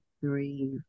three